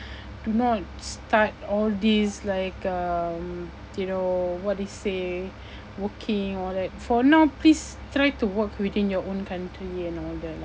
do not start all this like um you know what they say working all that for now please try to work within your own country and all that lah